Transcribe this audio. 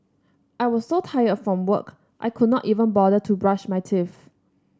I was so tired from work I could not even bother to brush my teeth